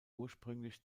ursprünglich